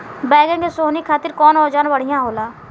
बैगन के सोहनी खातिर कौन औजार बढ़िया होला?